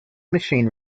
machine